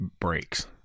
breaks